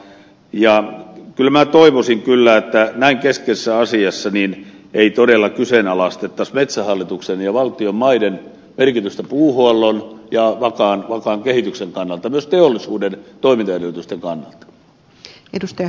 kyllä minä toivoisin että näin keskeisessä asiassa ei todella kyseenalaistettaisi metsähallituksen ja valtion maiden merkitystä puuhuollon ja vakaan kehityksen kannalta myös teollisuuden toimintaedellytysten kannalta